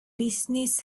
business